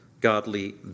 godly